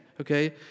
Okay